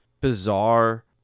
bizarre